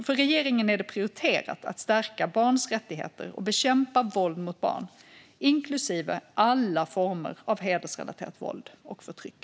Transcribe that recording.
För regeringen är det prioriterat att stärka barns rättigheter och bekämpa våld mot barn, inklusive alla former av hedersrelaterat våld och förtryck.